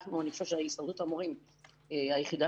אני חושבת שהסתדרות המורים היא היחידה